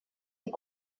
est